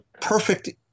perfect